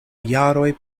jaroj